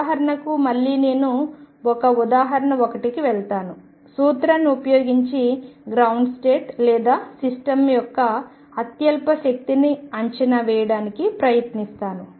ఉదాహరణకు మళ్లీ నేను ఒక ఉదాహరణ 1 కి వెళ్తాను సూత్రాన్ని ఉపయోగించి గ్రౌండ్ స్టేట్ లేదా సిస్టమ్ యొక్క అత్యల్ప శక్తిని అంచనా వేయడానికి ప్రయత్నిస్తాను